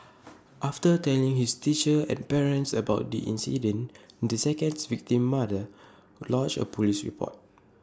after telling his teacher and parents about the incident the second victim's mother lodged A Police report